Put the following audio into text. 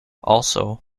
also